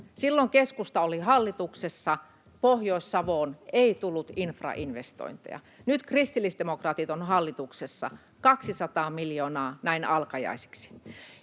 Silloin keskusta oli hallituksessa, Pohjois-Savoon ei tullut infrainvestointeja. Nyt kristillisdemokraatit ovat hallituksessa, 200 miljoonaa tuli näin alkajaisiksi.